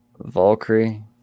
Valkyrie